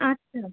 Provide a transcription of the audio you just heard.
আচ্ছা